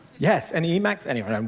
yes, and emacs anyway,